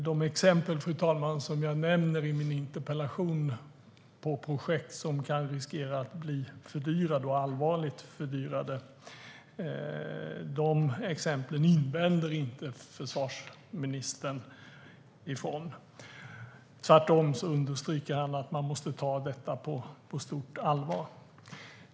De exempel som jag nämner i min interpellation på projekt som kan riskera att bli allvarligt fördyrade invänder försvarsministern inte mot. Tvärtom understryker han att man måste ta detta på stort allvar.